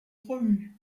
promu